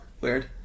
Weird